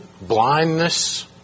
blindness